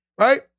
Right